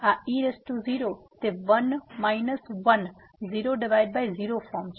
આ e0 તે one minus one 00 form છે